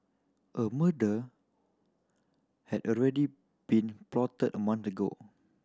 a murder had already been plotted a month ago